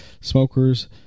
smokers